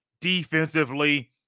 Defensively